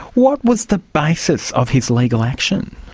what was the basis of his legal action?